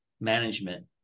management